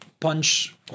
Punch